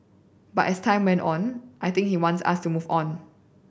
but as time went on I think he wants us to move on